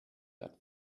that